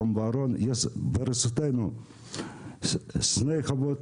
ברשותנו שתי חוות,